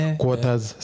quarters